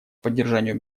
поддержанию